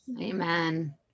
Amen